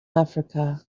africa